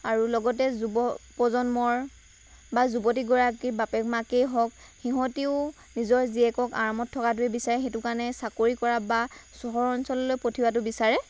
আৰু লগতে যুৱ প্ৰজন্মৰ বা যুৱতীগৰাকীৰ বাপেক মাকেই হওক সিহঁতিও নিজৰ জীয়েকক আৰামত থকাটোয়েই বিচাৰে সেইটো কাৰণে চাকৰি কৰা বা চহৰ অঞ্চললৈ পঠিওৱাটো বিচাৰে